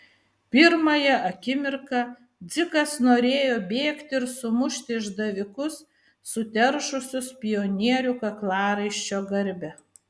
pirmąją akimirką dzikas norėjo bėgti ir sumušti išdavikus suteršusius pionierių kaklaraiščio garbę